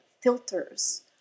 filters